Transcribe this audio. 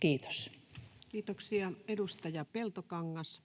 Kiitos. Kiitoksia. — Edustaja Peltokangas.